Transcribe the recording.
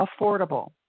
affordable